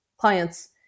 clients